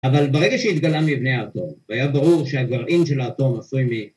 ‫אבל ברגע שהתגלה מבנה האטום, ‫והיה ברור שהגרעין של האטום עשוי מ...